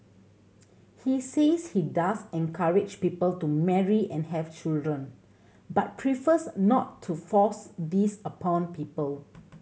he says he does encourage people to marry and have children but prefers not to force this upon people